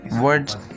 Words